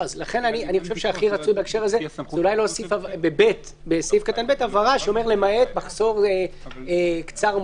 הכי רצוי בהקשר הזה להוסיף בסעיף (ב) הבהרה: למעט מחסור קצר מועד.